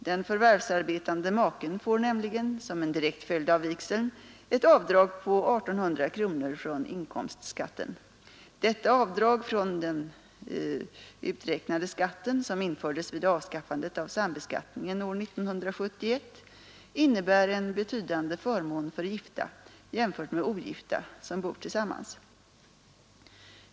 Den förvärvsarbetande maken får nämligen — som en direkt följd av vigseln ett avdrag på 1 800 kronor från inkomstskatten. Detta avdrag från den uträknade skatten, som infördes vid avskaffandet av sambeskattningen år 1971, innebär en betydande förmån för gifta, jämfört med ogifta som bor tillsammans.